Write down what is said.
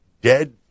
dead